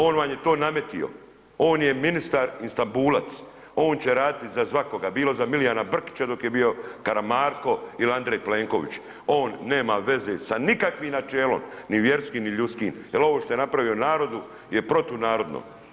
On vam je to nametnuo, on je ministar istanbulac, on će raditi za svakoga, bilo za Milijana Brkića dok je bio Karamarko ili Andrej Plenković, on nema veze sa nikakvim načelom, ni vjerskim ni ljudskim, jer ovo što je napravio narodu je protunarodno.